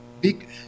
big